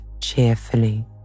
cheerfully